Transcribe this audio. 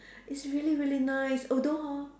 it's really really nice although hor